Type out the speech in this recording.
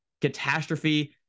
catastrophe